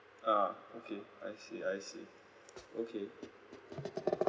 ah okay I see I see okay